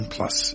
Plus